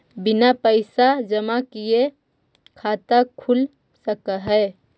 बिना पैसा जमा किए खाता खुल सक है?